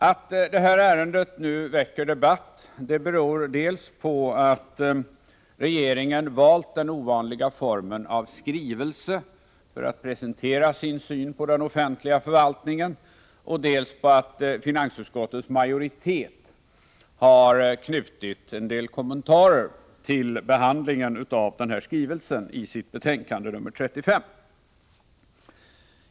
Att detta ärende nu väcker debatt beror dels på att regeringen har valt den ovanliga formen av skrivelse för att presentera sin syn på den offentliga förvaltningen, dels på att finansutskottets majoritet har knutit en del kommentarer till behandlingen av denna skrivelse i sitt betänkande nr 35.